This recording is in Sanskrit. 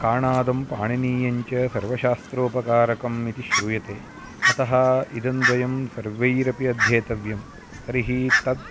काणादं पाणिनीयञ्च सर्वशास्त्रोपकारकम् इति श्रूयते अतः इदं द्वयं सर्वैरपि अध्येतव्यं तर्हि तत्